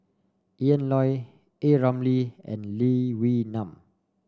Ian Loy A Ramli and Lee Wee Nam